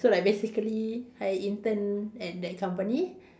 so like basically I intern at that company